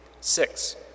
Six